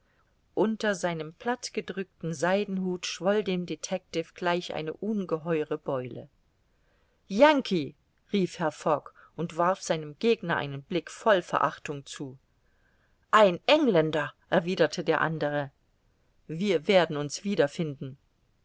unter seinem plattgedrückten seidenhut schwoll dem detectiv gleich eine ungeheure beule yankee rief herr fogg und warf seinem gegner einen blick voll verachtung zu ein engländer erwiderte der andere wir werden uns wiederfinden